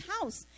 house